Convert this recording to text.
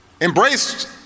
embraced